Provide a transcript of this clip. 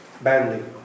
badly